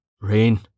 Rain